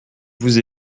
vous